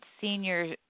senior